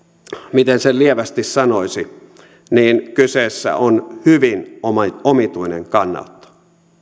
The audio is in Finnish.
miten sen lievästi sanoisi kyseessä on hyvin omituinen kannanotto